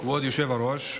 כבוד היושב-ראש,